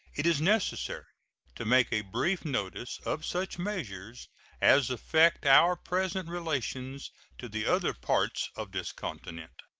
it is necessary to make a brief notice of such measures as affect our present relations to the other parts of this continent.